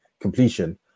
completion